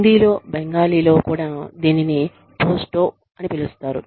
హిందీలో బెంగాలీలో కూడా దీనిని పోస్టో అని పిలుస్తారు